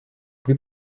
plus